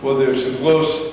כבוד היושב-ראש,